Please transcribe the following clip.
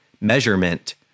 Measurement